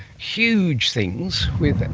huge things, with, and